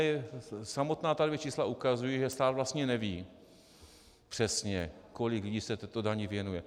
Ale samotná čísla ukazují, že stát vlastně neví přesně, kolik lidí se této dani věnuje.